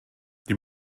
die